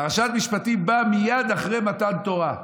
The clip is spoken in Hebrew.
פרשת משפטים באה מייד אחרי מתן תורה.